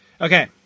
Okay